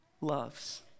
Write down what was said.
loves